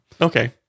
Okay